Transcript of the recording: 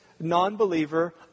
non-believer